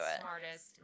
Smartest